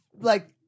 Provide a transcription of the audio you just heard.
like-